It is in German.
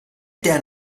der